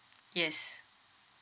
yes